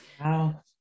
Wow